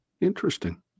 Interesting